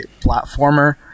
platformer